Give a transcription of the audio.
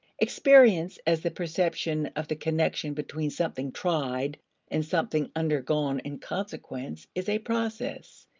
experience as the perception of the connection between something tried and something undergone in consequence is a process.